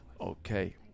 okay